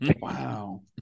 Wow